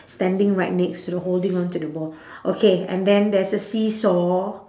standing right next to the holding on to the ball okay and then there's a seesaw